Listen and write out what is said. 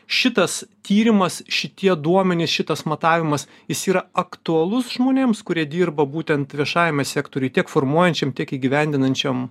šitas tyrimas šitie duomenys šitas matavimas jis yra aktualus žmonėms kurie dirba būtent viešajame sektoriuj tiek formuojančiam tiek įgyvendinančiam